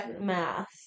math